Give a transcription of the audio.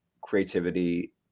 creativity